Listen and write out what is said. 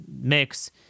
mix